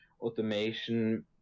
automation